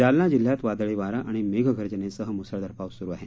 जालना जिल्ह्यात वादळी वारा आणि मेघ गर्जनेसह मुसळधार पाऊस सुरु आहे